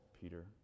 Peter